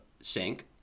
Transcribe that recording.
sink